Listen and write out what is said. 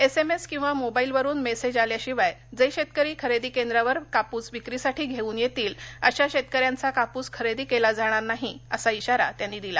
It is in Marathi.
एसएमएस किंवा मोबाईलवरून मेसेज आल्याशिवाय जे शेतकरी खरेदी केंद्रावर कापूस विक्रीसाठी घेवून येतील अशा शेतक यांचा कापूस खरेदी केला जाणार नाही असा इशारा त्यांनी दिला